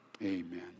amen